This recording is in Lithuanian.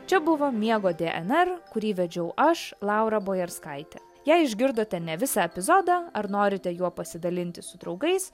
čia buvo miego dnr kurį vedžiau aš laura bojarskaitė jei išgirdote ne visą epizodą ar norite juo pasidalinti su draugais